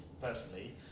personally